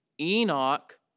Enoch